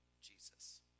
Jesus